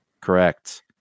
correct